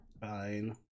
fine